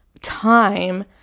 time